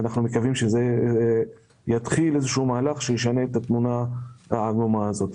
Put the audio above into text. ואנחנו מקווים שיתחיל איזשהו מהלך שישנה את התמונה העגומה הזאת.